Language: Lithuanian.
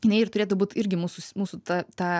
jinai ir turėtų būt irgi mūsų mūsų ta ta